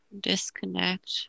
disconnect